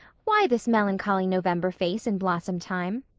why this melancholy november face in blossom-time?